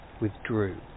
withdrew